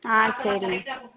ஆ சரிம்மா